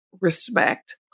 respect